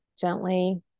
gently